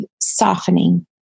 softening